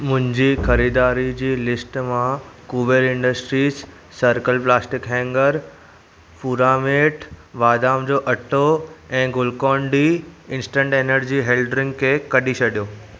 मुंहिंजी ख़रीदारी जी लिस्टु मां Kuber Industries circle plastic hanger प्योरामेट बादाम जो अटो ऐं Glucon D instant energy health drink खे कढी छॾियो